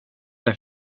det